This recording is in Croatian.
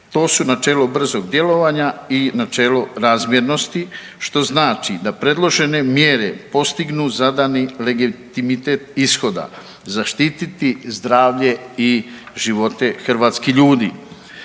To su načelo brzog djelovanja i načelo razmjernosti što znači da predložene mjere postignu zadani legitimitet ishoda, zaštiti zdravlje i živote hrvatskih ljudi.